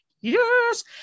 Yes